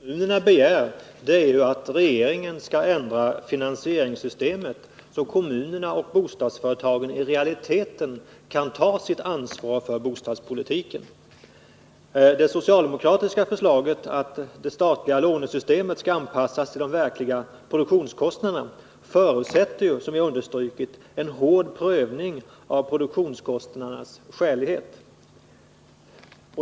Herr talman! Vad kommunerna begär är att regeringen skall ändra finansieringssystemet så att kommunerna och bostadsföretagen i realiteten kan ta sitt ansvar för bostadspolitiken. Det socialdemokratiska förslaget att det statliga lånesystemet skall anpassas till de verkliga produktionskostnaderna förutsätter, som vi har understrukit, en hård prövning av produktionskostnadernas skälighet.